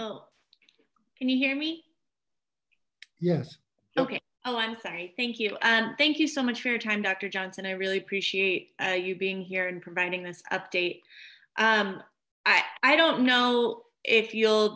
david can you hear me yes okay oh i'm sorry thank you thank you so much for your time doctor johnson i really appreciate you being here and providing this update um i i don't know if you'